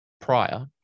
prior